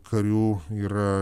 karių yra